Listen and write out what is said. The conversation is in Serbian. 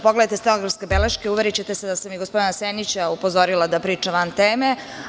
PogledaJte stenografske beleške, uverićete se da sam i gospodina Senića upozorila da priča van teme.